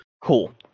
Cool